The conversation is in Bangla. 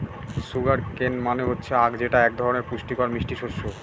সুগার কেন মানে হচ্ছে আঁখ যেটা এক ধরনের পুষ্টিকর মিষ্টি শস্য